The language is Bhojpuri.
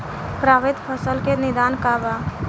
प्रभावित फसल के निदान का बा?